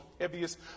heaviest